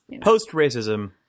Post-racism